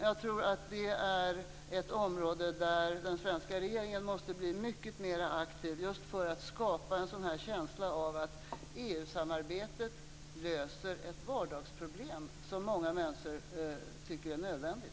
Jag tror att brottsbekämpningen är ett område där den svenska regeringen måste bli mycket mer aktiv just för att skapa just en känsla av att EU-samarbetet löser ett vardagsproblem. Det är något som många människor tycker är nödvändigt.